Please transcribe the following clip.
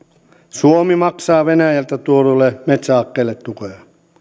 suomi maksaa venäjältä tuodulle metsähakkeelle tukea